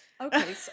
Okay